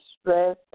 stress